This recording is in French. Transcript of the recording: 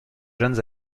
jeunes